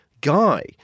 guy